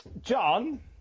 John